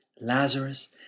Lazarus